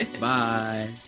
Bye